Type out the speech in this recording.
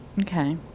okay